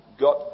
got